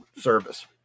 service